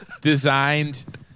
designed